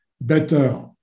better